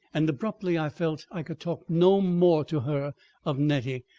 and abruptly i felt i could talk no more to her of nettie.